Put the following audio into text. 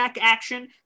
action